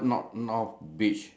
I don't know whether recorded